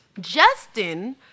Justin